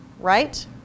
right